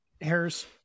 Harris